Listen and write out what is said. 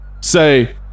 say